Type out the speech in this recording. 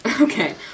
Okay